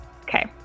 Okay